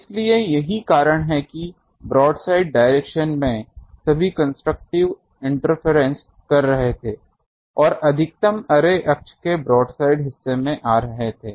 इसलिए यही कारण है कि ब्रोडसाइड डायरेक्शन में सभी कंस्ट्रक्टिव इंटरफेरेंस कर रहे थे और अधिकतम अर्रे अक्ष के ब्रोडसाइड हिस्से में आ रहे थे